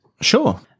Sure